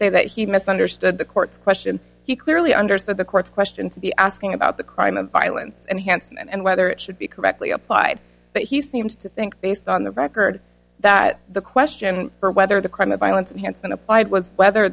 say that he misunderstood the court's question he clearly understood the court's question to be asking about the crime of violence and handsome and whether it should be correctly applied but he seems to think based on the record that the question for whether the crime of violence enhanced and applied was whether